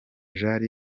jean